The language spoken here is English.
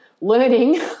learning